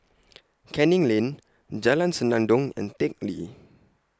Canning Lane Jalan Senandong and Teck Lee